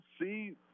see